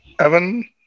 Evan